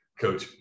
Coach